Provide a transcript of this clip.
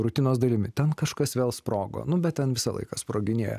rutinos dalimi ten kažkas vėl sprogo nu bet ten visą laiką sproginėja